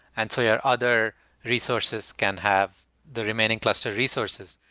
and so your other resources can't have the remaining cluster resources.